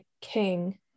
King